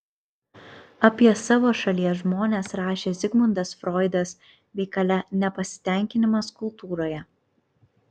apie savo šalies žmones rašė zigmundas froidas veikale nepasitenkinimas kultūroje